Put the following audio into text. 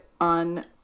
on